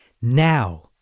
now